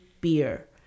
beer